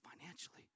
financially